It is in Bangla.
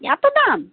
এতো দাম